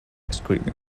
scraped